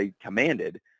commanded